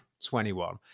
21